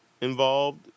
involved